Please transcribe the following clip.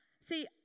see